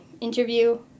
interview